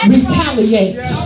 Retaliate